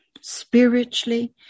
spiritually